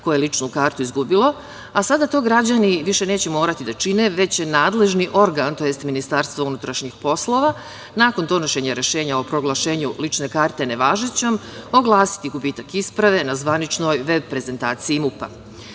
koje je lično kartu izgubilo, a sada to građani više neće morati da čine, već će nadležni organ, tj. Ministarstvo unutrašnjih poslova, nakon donošenja rešenja o proglašenju lične karte nevažećom, oglasiti gubitak isprave na zvaničnoj veb prezentaciji MUP.Ovo